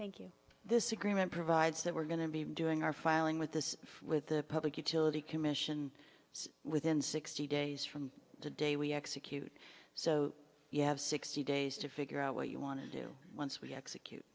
thank you this agreement provides that we're going to be doing our filing with this with the public utility commission within sixty days from the day we execute so you have sixty days to figure out what you want to do once we execute